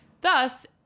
Thus